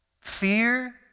fear